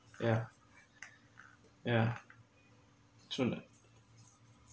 yeah yeah soon ah